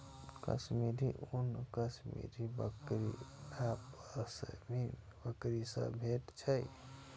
कश्मीरी ऊन कश्मीरी बकरी आ पश्मीना बकरी सं भेटै छै